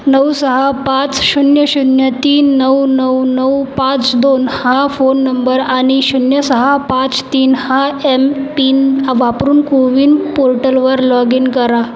नऊ सहा पाच शून्य शून्य तीन नऊ नऊ नऊ पाच दोन हा फोन नंबर आणि शून्य सहा पाच तीन हा एम पिन वापरून कोविन पोर्टलवर लॉग इन करा